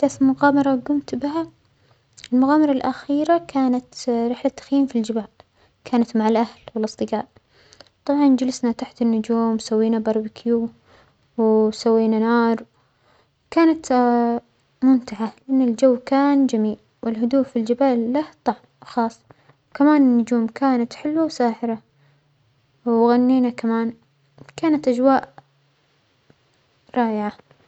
أحدث مغامرة جمت بها، المغامرة الأخيرة كانت رحلة تخييم في الجبل، كانت مع الأهل والأصدجاء، طبعا جلسنا تحت النجوم سوينا باربيكيو وسوينا نار، كانت ممتعة لأن الجو كان جميل و الهدوء في الجبل له طعم خاص، وكمان النجوم كانت حلوة وساحرة وغنينا كمان، كانت أجواء رائعة.